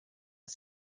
est